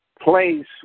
place